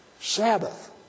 Sabbath